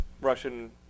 Russian